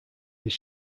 his